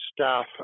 staff